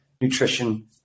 nutrition